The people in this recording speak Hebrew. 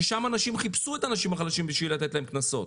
ששם אנשים חיפשו את האנשים החלשים בשביל לתת להם קנסות.